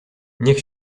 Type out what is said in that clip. niech